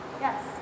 Yes